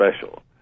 special